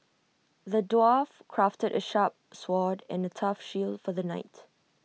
the dwarf crafted A sharp sword and A tough shield for the knight